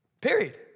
Period